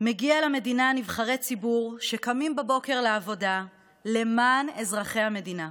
מגיעים למדינה נבחרי ציבור שקמים בבוקר לעבודה למען אזרחי המדינה,